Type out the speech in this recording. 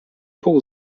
pół